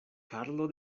karlo